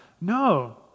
No